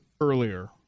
earlier